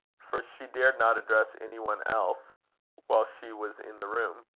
for she dared not address any one else while she was in the room